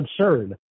absurd